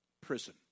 prison